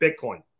Bitcoin